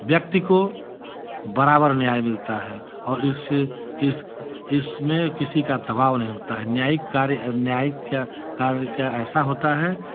व्यक्ति को बराबर न्याय मिलता है और इस इस इसमें किसी का दबाव नहीं होता है न्यायिक कार्य न्यायिक का कार्य क्या ऐसा होता है